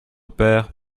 père